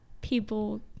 people